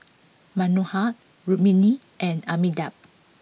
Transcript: Manohar Rukmini and Amitabh